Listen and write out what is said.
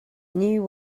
new